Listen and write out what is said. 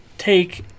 Take